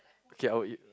okay I'll eat